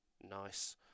nice